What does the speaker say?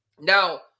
Now